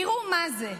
תראו מה זה,